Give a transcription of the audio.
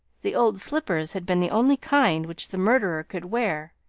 the old slippers had been the only kind which the murderer could wear,